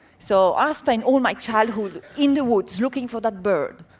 so i spent all my childhood in the woods, looking for that bird.